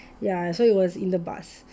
ya so it was in the bus